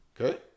Okay